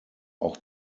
auch